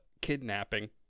kidnapping